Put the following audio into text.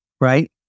right